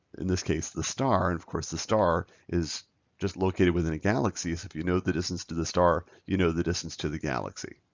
in this case, the star. and of course the star is just located within a galaxy. so if you know the distance to the star, you know the distance to the galaxy.